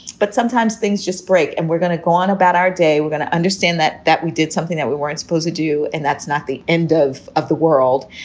but sometimes things just break and we're going to go on about our day. we're going to understand that that we did something that we weren't supposed to do. and that's not the end of of the world.